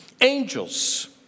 Angels